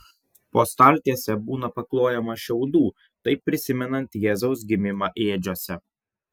po staltiese būna paklojama šiaudų taip prisimenant jėzaus gimimą ėdžiose